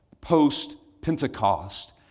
post-Pentecost